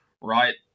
right